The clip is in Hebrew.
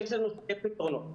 יש לנו שני פתרונות.